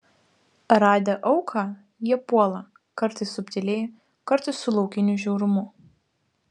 radę auką jie puola kartais subtiliai kartais su laukiniu žiaurumu